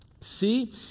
See